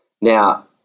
Now